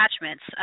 attachments